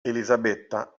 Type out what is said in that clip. elisabetta